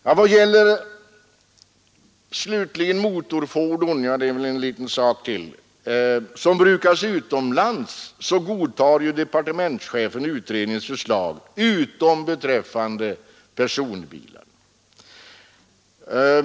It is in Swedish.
När det gäller motorfordon som brukas utomlands godtar departementschefen utredningens förslag utom beträffande personbilar.